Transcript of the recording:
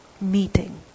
meeting